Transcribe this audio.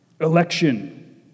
election